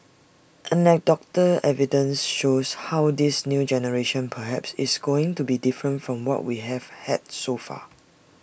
anecdotal evidence shows how this new generation perhaps is going to be different from what we have had so far